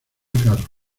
carro